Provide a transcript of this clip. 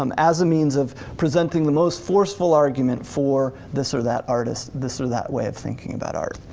um as a means of presenting the most forceful argument for this or that artist, this or that way of thinking about art.